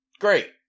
Great